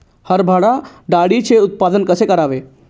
हरभरा डाळीचे उत्पादन कसे करावे?